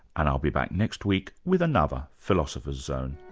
and i'll be back next week with another philosopher's zone